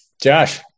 Josh